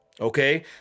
Okay